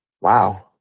Wow